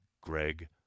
Greg